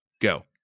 Go